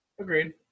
Agreed